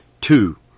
Two